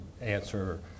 answer